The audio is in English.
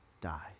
die